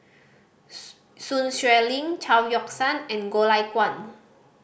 Sun Xueling Chao Yoke San and Goh Lay Kuan